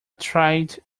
tried